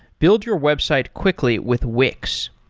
build your website quickly with wix.